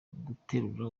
guterura